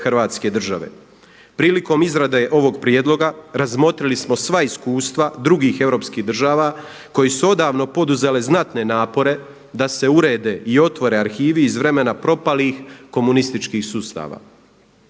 Hrvatske države. Prilikom izrade ovog prijedloga razmotrili smo sva iskustva drugih europskih država koje su odavno poduzele znatne napore da se urede i otvore arhivi iz vremena propalih komunističkih sustava.